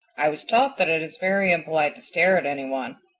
i was taught that it is very impolite to stare at any one.